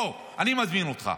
בוא, אני מזמין אותך,